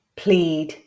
plead